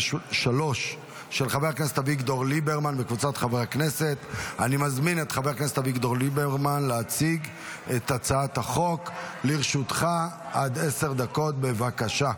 אני קובע כי הצעת חוק עידוד שירות צבאי,